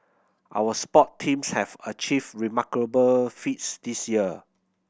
our sport teams have achieved remarkable feats this year